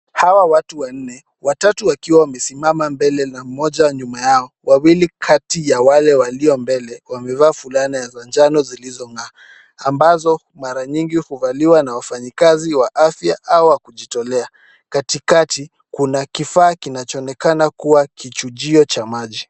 Hawa watu wanne. Watatu wakiwa wamesimama mbele na mmoja nyuma yao. Wawili kati ya wale walio mbele wamevaa fulana za njano zilizongaa ambazo mara nyingi huvaliwa na wafanyikazi wa afya au wa kujitolea. Katikati, kuna kifaa kinachoonekana kuwa kichujio cha maji.